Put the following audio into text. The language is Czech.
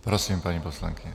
Prosím, paní poslankyně.